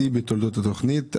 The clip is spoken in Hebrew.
שיא בתולדות התוכנית.